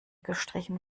gestrichen